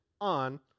on